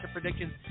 predictions